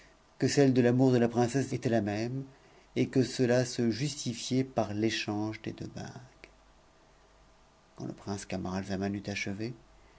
que celle de t'amourde la princesse était la même et que ce a se justifiait par l'échange des deux bagues quand le prince camaralzaman eut achevé